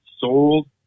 sold